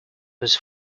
his